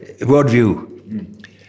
worldview